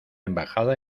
embajada